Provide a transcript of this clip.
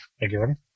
again